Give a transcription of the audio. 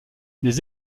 les